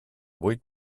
vuit